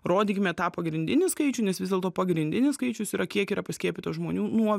rodykime tą pagrindinį skaičių nes vis dėlto pagrindinis skaičius yra kiek yra paskiepytų žmonių nuo